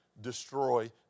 destroy